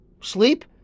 sleep